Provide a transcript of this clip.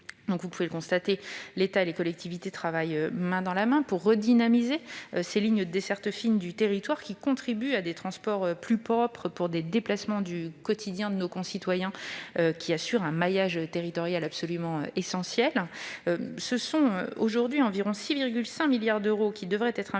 monsieur le sénateur, l'État et les collectivités travaillent main dans la main pour redynamiser les lignes de desserte fine du territoire, qui contribuent à des transports plus propres pour les déplacements du quotidien de nos concitoyens et assurent un maillage territorial essentiel. Ce sont 6,5 milliards d'euros qui devraient être investis